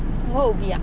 go ubi ah